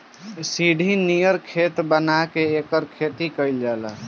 सीढ़ी नियर खेत बना के एकर खेती कइल जाला